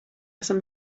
esam